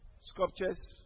Sculptures